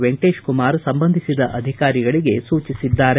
ವೆಂಕಟೇಶ ಕುಮಾರ ಸಂಬಂಧಿಸಿದ ಅಧಿಕಾರಿಗಳಿಗೆ ಸೂಚನೆ ನೀಡಿದ್ದಾರೆ